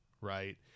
right